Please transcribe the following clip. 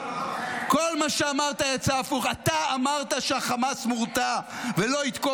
כל מה שאמרת יצא הפוך: אתה אמרת שהחמאס מורתע ולא יתקוף.